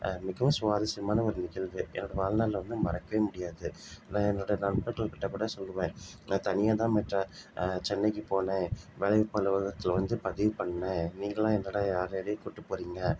மிகவும் சுவாரஸ்யமான ஒரு நிகழ்வு என்னோட வாழ்நாள்ல வந்து மறக்கவே முடியாது நான் என்னோட நண்பர்கள் கிட்டேக் கூட சொல்வேன் நான் தனியாக தான் மச்சான் சென்னைக்கு போனேன் வேலைவாய்ப்பு அலுவகத்தில் வந்து பதிவு பண்ணேன் நீங்கள்லாம் என்னடா யார் யாரையோ கூட்டு போகிறீங்க